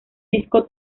disco